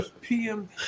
PM